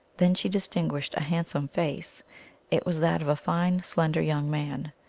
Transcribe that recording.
then she distinguished a hand some face it was that of a fine slender young man.